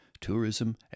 tourism